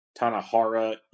Tanahara